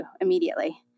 immediately